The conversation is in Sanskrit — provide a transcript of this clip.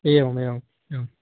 एवम् एवम्